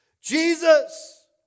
Jesus